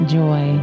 joy